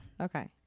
Okay